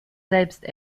selbst